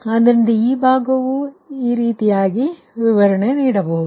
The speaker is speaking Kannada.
ಆದ್ದರಿಂದ ನಾನು ಇದನ್ನು ಪುನರಾವರ್ತಿಸುತ್ತಿಲ್ಲ